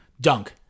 DUNK